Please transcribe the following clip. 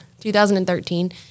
2013